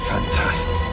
Fantastic